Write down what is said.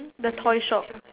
the toy shop